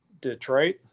Detroit